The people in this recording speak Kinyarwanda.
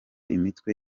imitwe